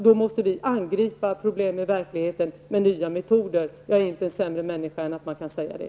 Då måste vi angripa problem i verkligheten med nya metoder. Jag är inte sämre människa än att jag kan säga det.